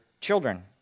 children